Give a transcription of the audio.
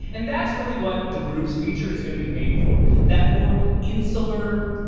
and that's really what the groups feature is gonna be made for that more insular,